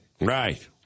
Right